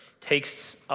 takes